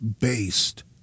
based